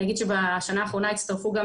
אני אגיד שבשנה האחרונה הצטרפו גם